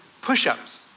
push-ups